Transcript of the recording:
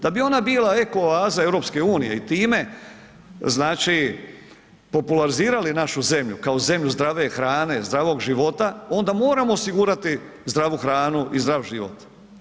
Da bi ona bila eko oaza Europske unije i time, znači popularizirali našu zemlju kao zemlju zdrave hrane, zdravog života, onda moramo osigurati zdravu hranu i zdrav život.